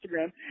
Instagram